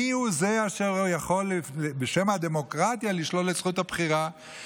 מיהו זה אשר יכול לשלול את זכות הבחירה בשם הדמוקרטיה?